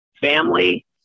family